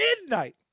midnight